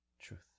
truth